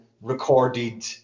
recorded